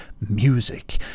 music